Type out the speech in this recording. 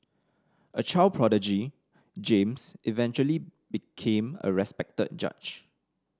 a child prodigy James eventually became a respected judge